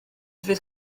fydd